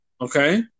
Okay